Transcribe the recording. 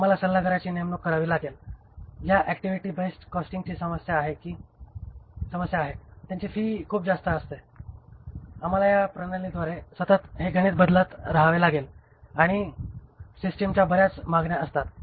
आम्हाला सल्लागारांची नेमणूक करावी लागेल ज्यांना या ऍक्टिव्हिटी बेस्ड कॉस्टची कल्पना आहे त्यांची फी खूप जास्त असते आम्हाला या प्रणालीमध्ये सतत हे गणित बदलत रहावे लागेल आणि सिस्टिमच्या बऱ्याच मागण्या असतात